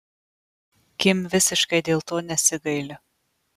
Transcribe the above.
kim visiškai dėl to nesigaili